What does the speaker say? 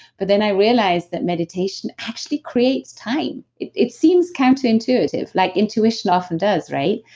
but then i realize that meditation actually creates time. it it seems counterintuitive like intuition often does right?